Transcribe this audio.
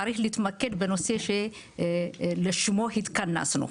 צריך להתמקד בנושא שלשמו התכנסנו.